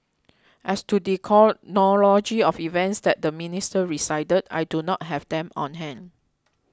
as to the chronology of events that the minister recited I do not have them on hand